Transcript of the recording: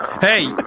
hey